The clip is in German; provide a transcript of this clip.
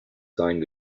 seinen